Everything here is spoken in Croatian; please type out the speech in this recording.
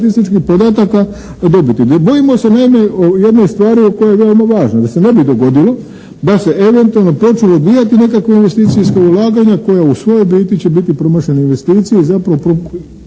Da se ne bi dogodilo da se eventualno počnu odvijati nekakva investicijska ulaganja koja u svoj biti će biti promašene investicije i zapravo progutati